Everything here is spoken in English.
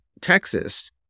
Texas